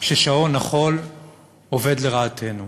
ששעון החול עובד לרעתנו.